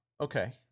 Okay